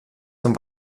zum